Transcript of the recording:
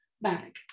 back